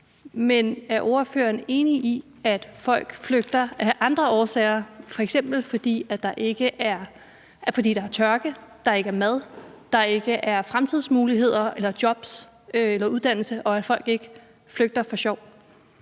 men er ordføreren enig i, at folk flygter af andre årsager, f.eks. fordi der er tørke, der ikke er mad, der ikke er fremtidsmuligheder eller jobs eller uddannelse, og at folk ikke flygter for sjov?